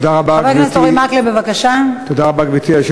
תודה רבה, גברתי.